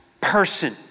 person